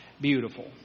beautiful